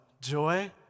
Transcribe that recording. joy